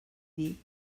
dir